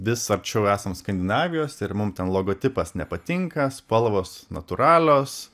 vis arčiau esam skandinavijos ir mum ten logotipas nepatinka spalvos natūralios